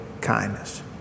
kindness